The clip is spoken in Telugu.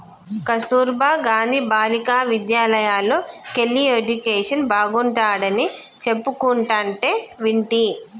కస్తుర్బా గాంధీ బాలికా విద్యాలయల్లోకెల్లి ఎడ్యుకేషన్ బాగుంటాడని చెప్పుకుంటంటే వింటి